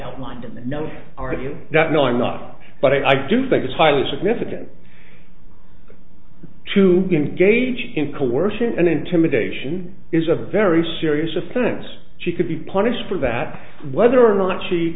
outlined in that no argue that no i'm not but i do think it's highly significant to engage in coercion and intimidation is a very serious offense she could be punished for that whether or not she